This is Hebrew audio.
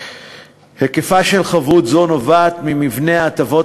היקפה של חבות זאת נובעת ממבנה ההטבות